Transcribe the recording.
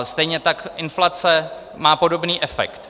Stejně tak inflace má podobný efekt.